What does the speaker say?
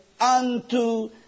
unto